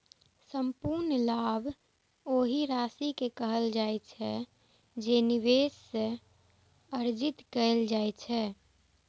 संपूर्ण लाभ ओहि राशि कें कहल जाइ छै, जे निवेश सं अर्जित कैल जाइ छै